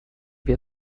wir